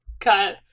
Cut